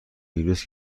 ویروسی